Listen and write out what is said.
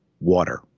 water